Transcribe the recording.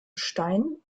stein